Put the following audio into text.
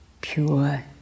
pure